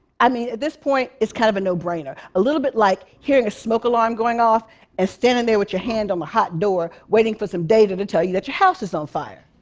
i mean, at this point, it's kind of a no-brainer, a little bit like hearing a smoke alarm going off and standing with your hand on the hot door, waiting for some data to tell you that your house is on fire.